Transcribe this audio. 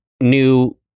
new